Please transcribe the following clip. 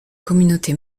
communauté